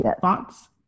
thoughts